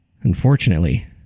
Unfortunately